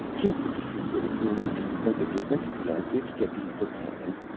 can't you see that it will indeed make a difference if the amphibs get the upper hand?